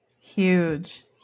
Huge